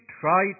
try